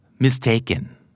mistaken